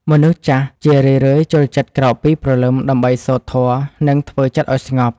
មនុស្សចាស់ជារឿយៗចូលចិត្តក្រោកពីព្រលឹម ដើម្បីសូត្រធម៌ និងធ្វើចិត្តឱ្យស្ងប់។